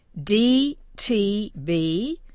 dtb